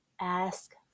ask